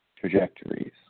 trajectories